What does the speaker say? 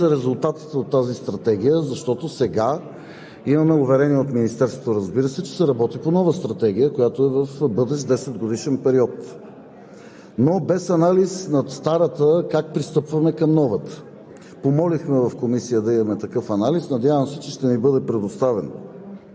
Ние обаче нямаме никакъв анализ на този десетгодишен минал период, за да можем да стъпим на такъв анализ, да видим какви са резултатите от тази стратегия, защото сега имаме уверение от Министерството, разбира се, че се работи по нова стратегия, която е в бъдещ десетгодишен период.